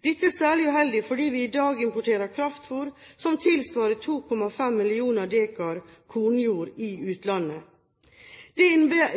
Dette er særlig uheldig fordi vi i dag importerer kraftfôr som tilsvarer 2,5 millioner dekar kornjord i utlandet. Det